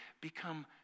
become